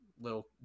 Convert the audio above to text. little